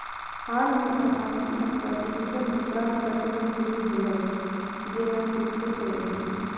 हाल मे आभासी अथवा डिजिटल मुद्राक प्रचलन शुरू भेलै, जेना क्रिप्टोकरेंसी